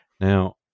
Now